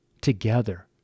together